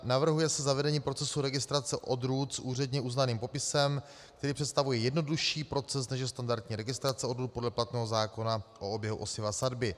Navrhuje se zavedení procesu registrace odrůd s úředně uznaným popisem, který představuje jednodušší proces, než je standardní registrace odrůd podle platného zákona o oběhu osiva a sadby.